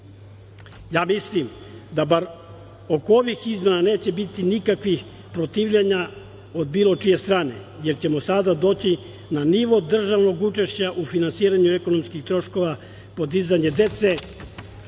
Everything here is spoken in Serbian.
godine. Mislim da, bar oko ovih izmena, neće biti nikakvih protivljenja od bilo čije strane, jer ćemo sada doći na nivo državnog učešća u finansiranju ekonomskih troškova podizanje dece